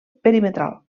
perimetral